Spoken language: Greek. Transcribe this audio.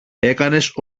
έκανες